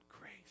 grace